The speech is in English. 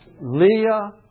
Leah